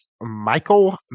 Michael